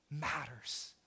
matters